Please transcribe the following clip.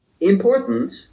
important